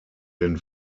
den